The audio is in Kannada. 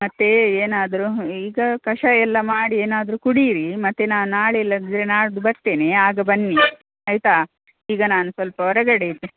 ಮತ್ತೆ ಏನಾದರು ಈಗ ಕಷಾಯ ಎಲ್ಲ ಮಾಡಿ ಏನಾದರು ಕುಡಿಯಿರಿ ಮತ್ತೆ ನಾ ನಾಳೆ ಇಲ್ದಿದ್ರೆ ನಾಡಿದ್ದು ಬರ್ತೇನೆ ಆಗ ಬನ್ನಿ ಆಯಿತಾ ಈಗ ನಾನು ಸ್ವಲ್ಪ ಹೊರಗಡೆ ಇದ್ದೇ